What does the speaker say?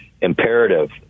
imperative